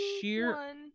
sheer